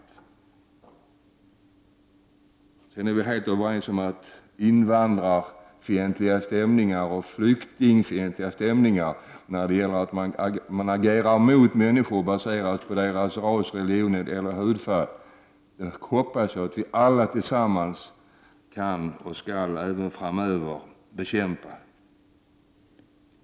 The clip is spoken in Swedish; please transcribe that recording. Statsrådet och jag är helt överens om att invandrarfientliga och flyktingfientliga stämningar — dvs. att man agerar mot människor på grund av deras ras, religion eller hudfärg — skall vi alla tillsammans även framöver bekämpa.